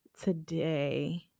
today